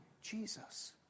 Jesus